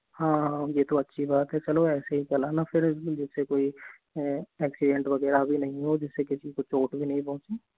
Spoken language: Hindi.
हाँ हाँ ये तो अच्छी बात है चलो ऐसे ही चलाना फिर जैसे कोई एक्सीडेंट वगैरह भी नहीं हो जिससे किसी को चोट भी नहीं पहुंचे